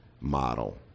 model